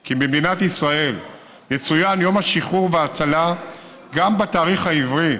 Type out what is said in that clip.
כי במדינת ישראל יצוין יום השחרור וההצלה גם בתאריך העברי,